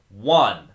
One